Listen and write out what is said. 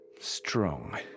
Strong